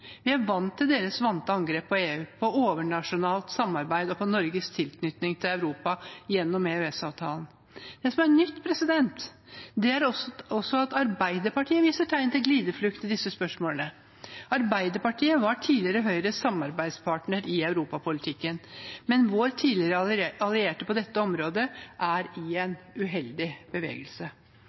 Vi er vant til deres angrep på EU, på overnasjonalt samarbeid og på Norges tilknytning til Europa gjennom EØS-avtalen. Det som er nytt, er at også Arbeiderpartiet viser tegn til glideflukt i disse spørsmålene. Arbeiderpartiet var tidligere Høyres samarbeidspartner i europapolitikken, men vår tidligere allierte på dette området er i en uheldig bevegelse.